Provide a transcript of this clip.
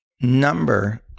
number